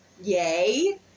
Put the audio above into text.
Yay